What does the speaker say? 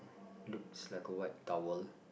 looks like a white tower